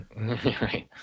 right